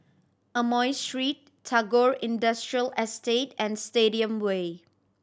Amoy Street Tagore Industrial Estate and Stadium Way